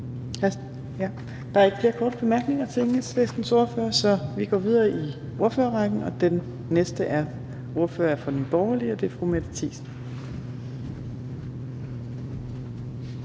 Der er ikke flere korte bemærkninger til Enhedslistens ordfører. Så vi går videre i ordførerrækken, og den næste er ordføreren for Nye Borgerlige, og det er fru Mette Thiesen.